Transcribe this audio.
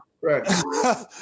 Right